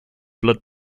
blood